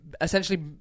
essentially